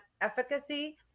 efficacy